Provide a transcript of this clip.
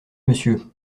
monsieur